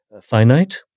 finite